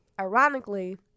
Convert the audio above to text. ironically